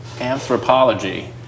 anthropology